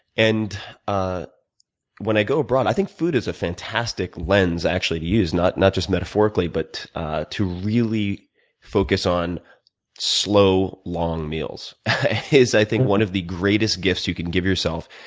and ah when i go abroad, i think food is a fantastic lens actually to use, not not just metaphorically, but to really focus on slow long meals is i think one of the greatest gifts you can give yourself.